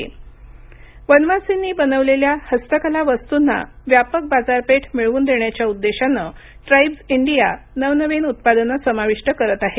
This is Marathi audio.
वनवासी उत्पादने वनवासींनी बनविलेल्या हस्तकला वस्तूंना व्यापक बाजारपेठ मिळवून देण्याच्या उद्देशाने ट्राईब्ज इंडिया नवनवीन उत्पादने समाविष्ट करत आहे